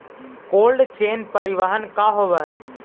Cold chain परिवहन का होव हइ?